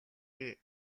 бий